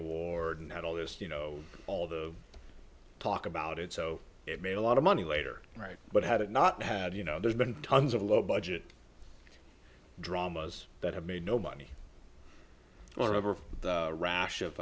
award and all this you know all the talk about it so it made a lot of money later right but had it not had you know there's been tons of low budget dramas that have made no money for over a rash of